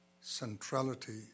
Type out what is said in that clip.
Centrality